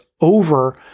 over